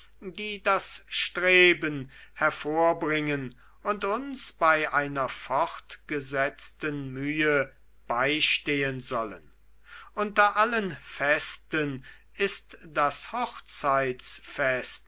die das streben hervorbringen und uns bei einer fortgesetzten mühe beistehen sollen unter allen festen ist das